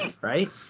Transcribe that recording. right